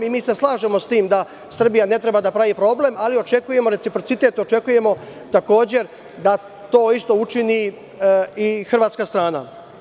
Mi se slažemo s tim da Srbija ne treba da pravi problem, ali očekujemo reciprocitet, očekujemo takođe da to isto učini i hrvatska strana.